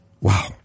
Wow